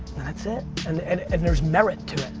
that's it. and there's merit to it.